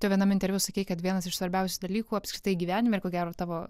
tu vienam interviu sakei kad vienas iš svarbiausių dalykų apskritai gyvenime ko gero tavo